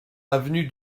avenue